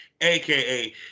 aka